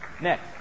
Next